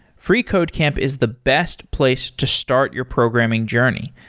freecodecamp is the best place to start your programming journey.